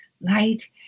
light